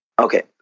Okay